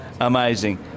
amazing